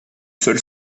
seul